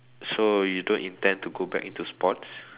so you don't intend to go back into sports